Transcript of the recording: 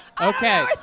Okay